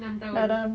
enam tahun